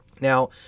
Now